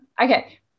Okay